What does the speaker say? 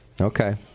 Okay